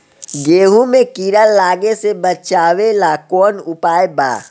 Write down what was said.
गेहूँ मे कीड़ा लागे से बचावेला कौन उपाय बा?